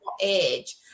age